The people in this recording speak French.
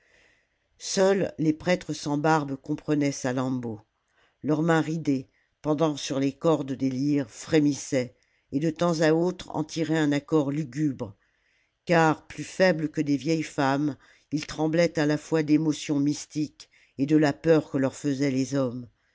seuls les prêtres sans barbe comprenaient salammbô leurs mains ridées pendant sur les cordes des lyres frémissaient et de temps à autre en tiraient un accord lugubre car plus faibles que des vieilles femmes ils tremblaient à la fois d'émotion mystique et de la peur que leur faisaient les hommes